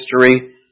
history